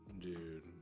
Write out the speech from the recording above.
dude